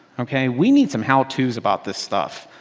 ok? we need some how to's about this stuff.